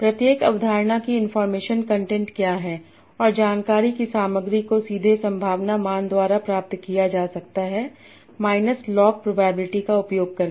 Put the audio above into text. प्रत्येक अवधारणा की इनफार्मेशन कंटेंट क्या है और जानकारी की सामग्री को सीधे संभावना मान द्वारा प्राप्त किया जा सकता है माइनस लौग प्रोबेबिलिटी का उपयोग करके